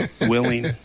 willing